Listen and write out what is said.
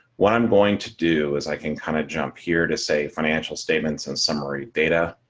what i'm going to do is i can kind of jump here to say financial statements and summary data.